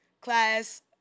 class